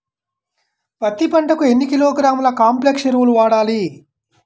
పత్తి పంటకు ఎన్ని కిలోగ్రాముల కాంప్లెక్స్ ఎరువులు వాడాలి?